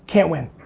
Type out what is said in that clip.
can't win.